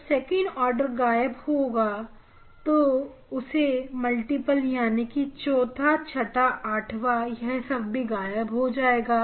जब second order गायब होगा तो उसके मल्टीपल यानी कि चौथा छटा आठवां यह सब भी गायब हो जाएंगे